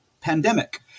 pandemic